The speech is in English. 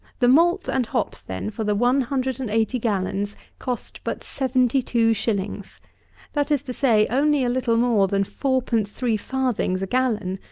the malt and hops, then, for the one hundred and eighty gallons, cost but seventy-two shillings that is to say, only a little more than fourpence three farthings a gallon,